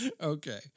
Okay